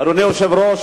אדוני היושב-ראש,